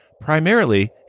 primarily